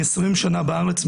אני 20 שנה בארץ,